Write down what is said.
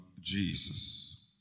Jesus